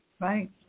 Right